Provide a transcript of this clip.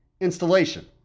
installation